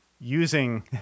using